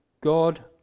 God